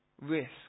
risk